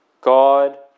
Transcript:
God